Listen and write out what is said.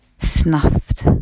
Snuffed